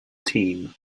team